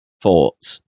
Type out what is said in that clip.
thoughts